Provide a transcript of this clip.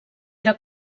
era